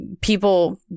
people